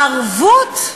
הערבות,